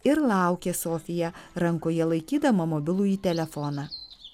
ir laukė sofija rankoje laikydama mobilųjį telefoną